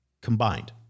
combined